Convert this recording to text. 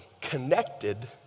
connected